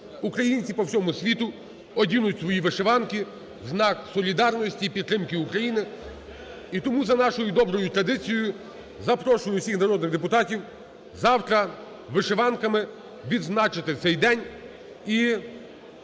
Українці по всьому світу одінуть свої вишиванки в знак солідарності і підтримки України. І тому за нашою доброю традицією запрошую всіх народних депутатів завтра вишиванками відзначити цей день.